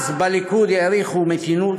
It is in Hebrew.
אז, בליכוד העריכו מתינות,